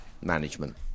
management